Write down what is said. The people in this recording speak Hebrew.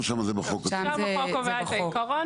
או שם החוק --- שם החוק קובע את העיקרון,